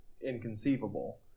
inconceivable